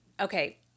Okay